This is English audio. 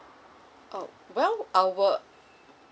well our